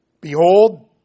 behold